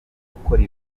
gukora